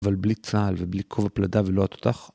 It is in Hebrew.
אבל בלי צה"ל ובלי כובע פלדה ולא התותח?